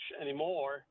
anymore